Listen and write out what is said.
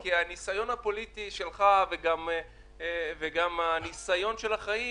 כי הניסיון הפוליטי שלך וגם הניסיון של החיים,